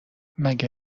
مگه